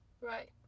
right